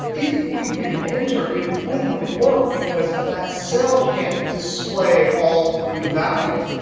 if we hit enter, it wouldn't work because that cell can't display all three values.